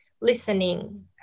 listening